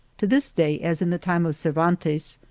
to this day, as in the time of cervantes,